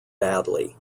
badly